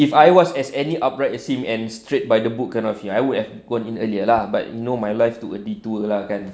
if I was as any upright as him and straight by the book kind of it I would have gone in earlier lah but you know my life took a detour lah kan